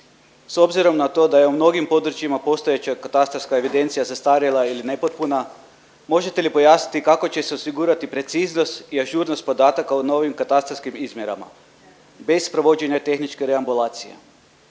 S obzirom na to da je u mnogim područjima postojeća katastarska evidencija zastarjela ili nepotpuna, možete li pojasniti kako će se osigurati preciznost i ažurnost podataka u novim katastarskim izmjerama bez provođenja tehničke reambulacije?